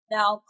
Now